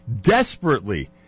desperately